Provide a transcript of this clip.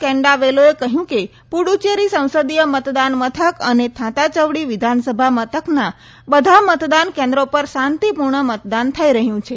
કેન્ડાવેલોએ કહ્યું કે પુડુચેરી સંસદીય મતદાન મથક અને થાતાંચવાડી વિધાનસભા મથકના બધા મતદાન કેન્દ્રો પર શાંતિપૂર્ણ મતદાન થઇ રહ્યું છે